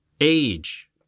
age